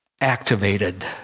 activated